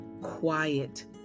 quiet